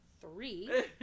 three